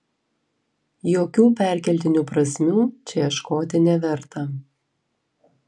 jokių perkeltinių prasmių čia ieškoti neverta